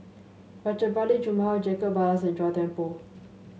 Rajabali Jumabhoy Jacob Ballas and Chua Thian Poh